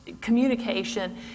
communication